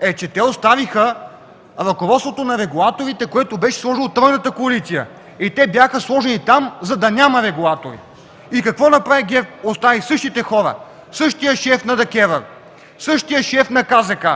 е, че те оставиха ръководствата на регулаторите, които бяха сложени от тройната коалиция – те бяха сложени там, за да няма регулатори! Какво направи ГЕРБ? Остави същите хора – същия шеф на ДКЕВР, същия шеф на КЗК,